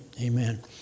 Amen